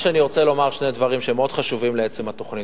אני רוצה לומר שני דברים שהם מאוד חשובים לעצם התוכנית.